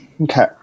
Okay